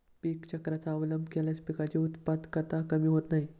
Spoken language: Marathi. पीक चक्राचा अवलंब केल्यास पिकांची उत्पादकता कमी होत नाही